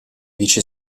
vice